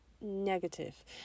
negative